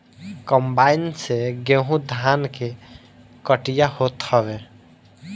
combine से गेंहू धान के कटिया होत हवे